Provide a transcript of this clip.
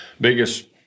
biggest